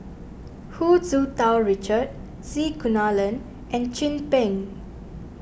Hu Tsu Tau Richard C Kunalan and Chin Peng